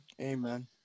Amen